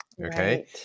okay